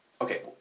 Okay